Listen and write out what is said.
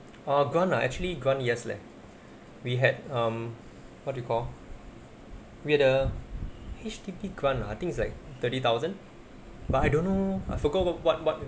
oh grant ah actually grant yes leh we had um what do you call we're the H_D_B grant ah I think is like thirty thousand but I don't know I forgot what what what it